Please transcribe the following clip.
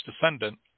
descendant